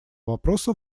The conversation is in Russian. вопроса